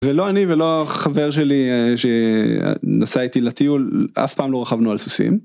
ולא אני ולא החבר שלי שנסע איתי לטיול, אף פעם לא רכבנו על סוסים.